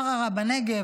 ערערה בנגב,